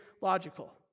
logical